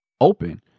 open